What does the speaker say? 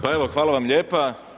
Pa evo, hvala vam lijepa.